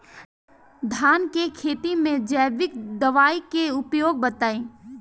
धान के खेती में जैविक दवाई के उपयोग बताइए?